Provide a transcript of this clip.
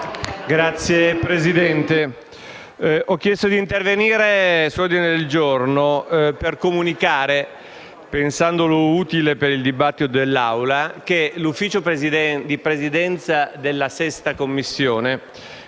Signor Presidente, ho chiesto di intervenire sull'ordine del giorno per comunicare, ritenendolo utile per il dibattito dell'Assemblea, che l'Ufficio di Presidenza della 6a Commissione,